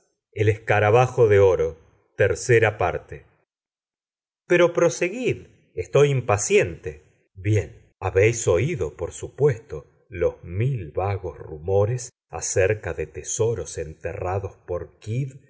el posesor de tal tesoro pero proseguid estoy impaciente bien habéis oído por supuesto los mil vagos rumores acerca de tesoros enterrados por kidd